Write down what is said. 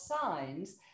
signs